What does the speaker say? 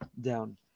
down